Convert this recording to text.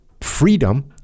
freedom